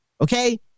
Okay